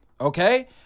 Okay